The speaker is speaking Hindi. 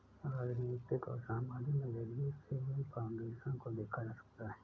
राजनीतिक और सामाजिक नज़रिये से इन फाउन्डेशन को देखा जा सकता है